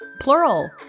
plural